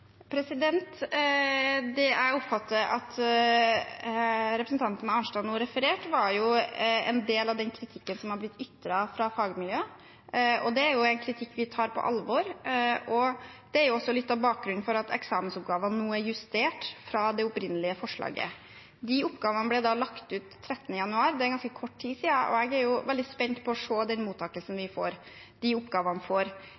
Det jeg oppfatter at representanten Arnstad nå refererte, var en del av den kritikken som har blitt ytret fra fagmiljøet. Det er en kritikk vi tar på alvor. Det er også litt av bakgrunnen for at eksamensoppgavene nå er justert fra det opprinnelige forslaget. De oppgavene ble lagt ut 13. januar – det er ganske kort tid siden – og jeg er veldig spent på å se den mottakelsen oppgavene får.